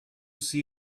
see